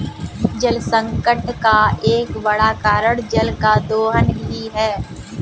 जलसंकट का एक बड़ा कारण जल का दोहन ही है